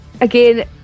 again